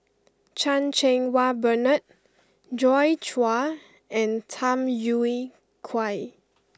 Chan Cheng Wah Bernard Joi Chua and Tham Yui Kai